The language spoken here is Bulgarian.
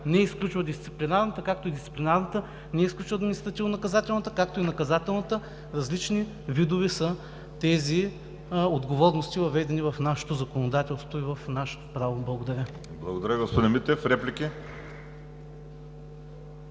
не изключва дисциплинарната, както и дисциплинарната не изключва адманистративнонаказателната, както и наказателната. Различни видове са тези отговорности, въведени в нашето законодателство и в нашето право. Благодаря. (Единично